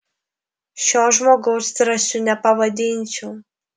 šio žmogaus drąsiu nepavadinčiau